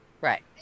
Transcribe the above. Right